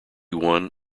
one